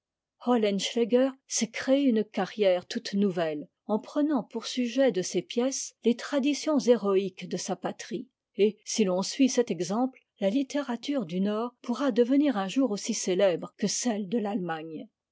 s'est créé une carrière toute nouvelle en prenant pour sujet de ses pièces les traditions héroïques de sa patrie et si l'on suit cet exemple la littérature du nord pourra devenir un jour aussi célèbre que celle de l'allemagne